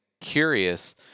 curious